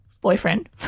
boyfriend